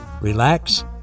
relax